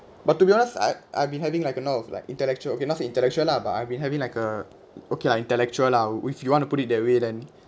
but to be honest I I've been having like a lot of like intellectual okay not intellectual lah but I've been having like uh okay lah intellectual lah if you want to put it that way then